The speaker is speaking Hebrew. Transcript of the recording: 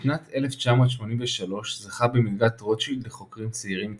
בשנת 1983 זכה במלגת רוטשילד לחוקרים צעירים מצטיינים.